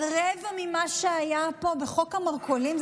על רבע ממה שהיה פה בחוק המרכולים,